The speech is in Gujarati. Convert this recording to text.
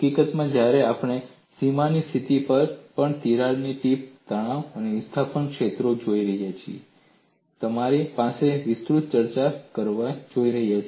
હકીકતમાં જ્યારે આપણે સીમાની સ્થિતિ પર પણ તિરાડ ટીપ તણાવ અને વિસ્થાપન ક્ષેત્રો જોઈએ છીએ ત્યારે આપણે વિસ્તૃત ચર્ચા કરવા જઈ રહ્યા છીએ